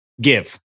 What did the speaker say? give